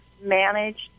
managed